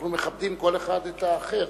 אנחנו מכבדים כל אחד את האחר,